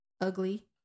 ugly